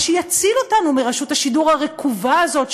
מה שיציל אותנו מרשות השידור הרקובה הזאת,